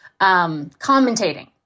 commentating